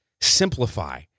simplify